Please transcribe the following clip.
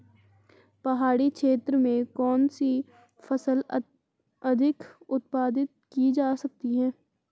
पहाड़ी क्षेत्र में कौन सी फसल अधिक उत्पादित की जा सकती है?